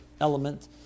element